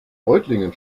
reutlingen